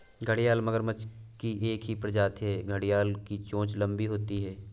घड़ियाल मगरमच्छ की ही एक प्रजाति है घड़ियाल की चोंच लंबी होती है